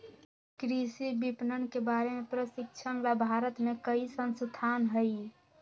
कृषि विपणन के बारे में प्रशिक्षण ला भारत में कई संस्थान हई